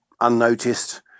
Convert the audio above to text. unnoticed